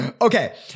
Okay